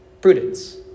Prudence